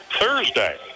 Thursday